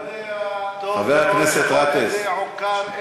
אתה יודע טוב מאוד שהחוק הזה עוּקר,